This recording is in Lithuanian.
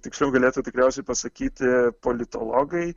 tiksliau galėtų tikriausiai pasakyti politologai